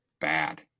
bad